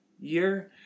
year